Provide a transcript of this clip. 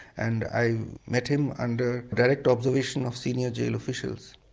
and i met him under the direct observation of senior jail officials.